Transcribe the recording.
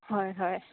হয় হয়